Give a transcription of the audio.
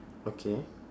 okay